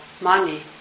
money